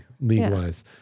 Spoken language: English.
league-wise